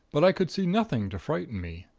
but i could see nothing to frighten me.